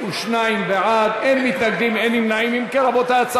על בניין שנהרס או ניזוק וקביעת סכום מרבי לתשלום),